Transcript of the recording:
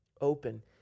open